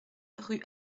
rue